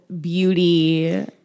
beauty